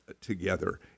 together